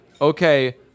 okay